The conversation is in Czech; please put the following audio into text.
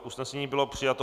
Usnesení bylo přijato.